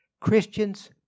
Christians